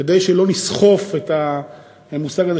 כדי שלא נסחף את המושג הזה,